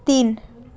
তিন